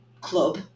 club